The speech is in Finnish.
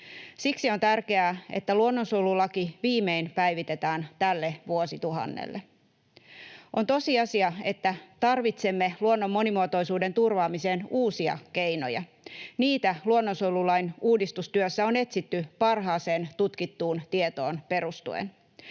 Siksi on tärkeää, että luonnonsuojelulaki viimein päivitetään tälle vuosituhannelle. On tosiasia, että tarvitsemme luonnon monimuotoisuuden turvaamiseen uusia keinoja. Niitä luonnonsuojelulain uudistustyössä on etsitty parhaaseen tutkittuun tietoon perustuen.